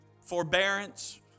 forbearance